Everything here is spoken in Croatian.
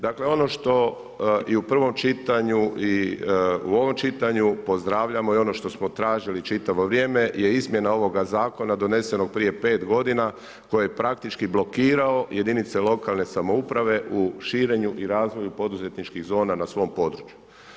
Dakle, ono što i u prvom čitanju i ovom čitanju pozdravljamo i ono što smo tražili čitavo vrijeme, je izmjena ovoga zakona, donesena prije 5 g. koje praktički blokirao jedinice lokalne samouprave, u širenju i razvoju poduzetničkih zona na svom području.